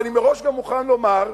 ואני מראש גם מוכן לומר,